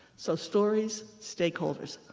so stories, stakeholders.